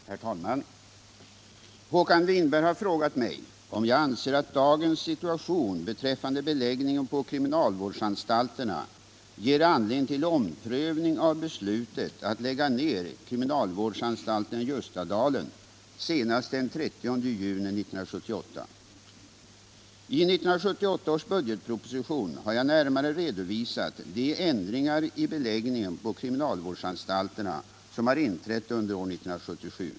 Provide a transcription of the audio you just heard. Herr talman! Håkan Winberg har frågat mig om jag anser att dagens situation beträffande beläggningen på kriminalvårdsanstalterna ger anledning till omprövning av beslutet att lägga ned kriminalvårdsanstalten Ljustadalen senast den 30 juni 1978. I 1978 års budgetproposition har jag närmare redovisat de ändringar i beläggningen på kriminalvårdsanstalterna som har inträtt under år 1977.